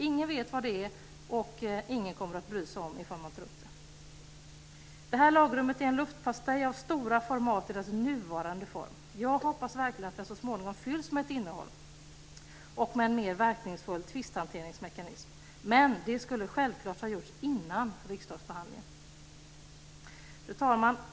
Ingen vet vad det är, och ingen kommer att bry sig om ifall man tar upp det. Det här lagrummet är en luftpastej av stora format i dess nuvarande form. Jag hoppas verkligen att det så småningom fylls med ett innehåll och med en mer verkningsfull tvisthanteringsmekanism. Men det skulle självfallet har gjorts innan riksdagsbehandlingen.